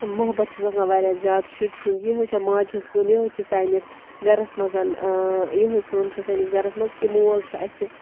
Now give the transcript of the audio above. محبَت چھُس آسان واریاہ زیادٕ شُرۍ سُنٛد یِہوٚے چھےٚ ماجہِ ہِنٛز کٲم یِہوٚے چھےٚ سٲنِس گَرَس منٛز یِہوٚے کٲم چھَس سٲنِس گَرَس منٛز کہِ مول چھُ اَسہِ